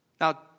Now